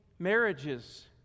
Marriages